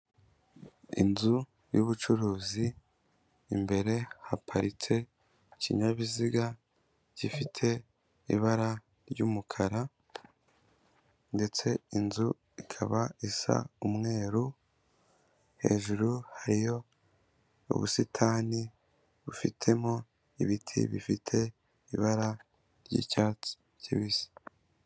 Inzu y'ubucuruzi, imbere haparitse ikinyabiziga gifite ibara ry'umukara, ndetse inzu ikaba isa umweru, hejuru hariyo ubusitani bufitemo ibiti bifite ibara ry'icyatsi kibisi.